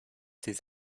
des